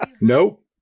Nope